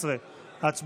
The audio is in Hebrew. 12. הצבעה.